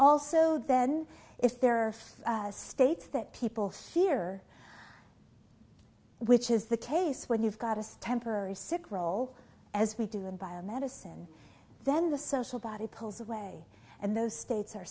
also then if there are states that people fear which is the case when you've got as temporary sick role as we do in biomedicine then the social body pulls away and those states are